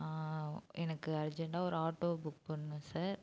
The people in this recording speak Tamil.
எனக்கு அர்ஜெண்டாக ஒரு ஆட்டோ புக் பண்ணும் சார்